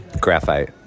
Graphite